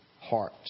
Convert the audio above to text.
heart